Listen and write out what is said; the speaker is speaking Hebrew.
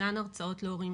ישנן הרצאות להורים,